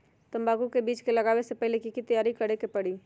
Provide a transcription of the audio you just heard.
तंबाकू के बीज के लगाबे से पहिले के की तैयारी करे के परी?